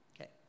Okay